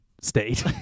state